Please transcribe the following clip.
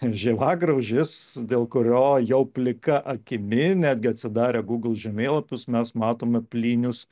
žievagraužis dėl kurio jau plika akimi netgi atsidarę google žemėlapius mes matome plynus